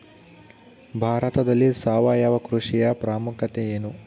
ಭಾರತದಲ್ಲಿ ಸಾವಯವ ಕೃಷಿಯ ಪ್ರಾಮುಖ್ಯತೆ ಎನು?